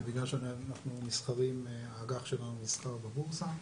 בגלל שהאג"ח שלנו נסחר בבורסה,